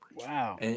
Wow